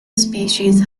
species